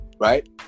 right